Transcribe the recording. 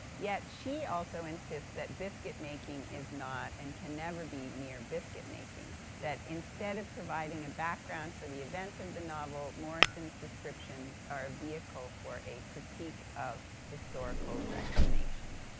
yet she also insists that biscuit making is not, and can never be mere biscuit making that instead of providing a background for the events of the novel, morrison's descriptions are a vehicle for a critique of historical reclamation.